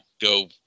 go